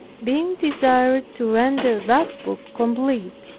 being desired to render that book complete,